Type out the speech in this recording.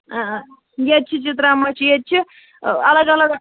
آ آ ییٚتہِ چھِ ییٚتہِ چھِ اَلگ اَلگ